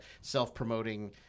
self-promoting